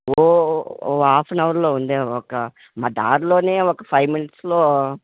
ఓ ఓ half an అవర్లో ఉందా ఒక దారిలోనే ఒక ఫైవ్ మినిట్స్లో